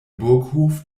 burghof